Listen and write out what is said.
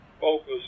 focus